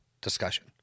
discussion